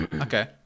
Okay